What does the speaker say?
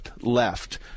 left